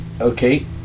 Okay